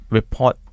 report